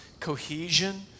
Cohesion